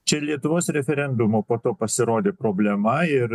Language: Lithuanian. čia lietuvos referendumo po to pasirodė problema ir